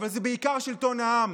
אבל זה בעיקר שלטון העם,